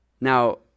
Now